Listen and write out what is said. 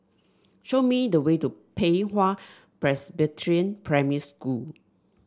show me the way to Pei Hwa Presbyterian Primary School